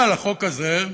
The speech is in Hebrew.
אבל החוק הזה,